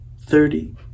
Thirty